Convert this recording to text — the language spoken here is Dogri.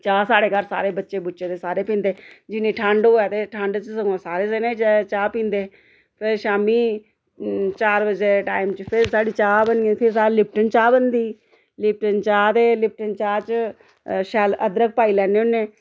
चाह् साढ़े घर बच्चे बच्चे ते सारे पींदे जिन्नी ठंड होऐ ते ठंड च ते सग्गोआं सारे जने चाह् पींदे फेर शामी चार बजे टाइम च फिर साढ़ी चाह् बनी जन्दी फिर साढ़ै लिप्टन चाह् बनदी लिप्टन चाह् ते लिप्टन चाह् च शैल अदरक पाई लैन्ने हुन्ने